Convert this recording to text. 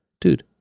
Dude